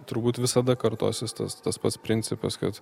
turbūt visada kartosis tas tas pats principas kad